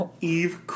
Eve